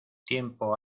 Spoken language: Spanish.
tiempo